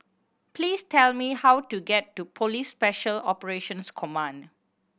please tell me how to get to Police Special Operations Command